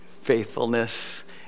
faithfulness